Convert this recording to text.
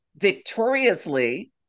victoriously